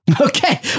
Okay